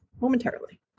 momentarily